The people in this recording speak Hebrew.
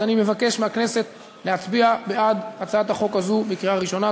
אז אני מבקש מהכנסת להצביע בעד הצעת החוק הזו בקריאה ראשונה.